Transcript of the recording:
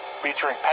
featuring